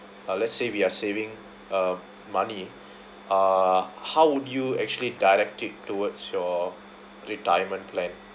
uh let's say we are saving uh money ah how would you actually direct it towards your retirement plan